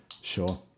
Sure